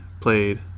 played